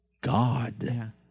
God